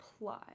apply